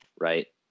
right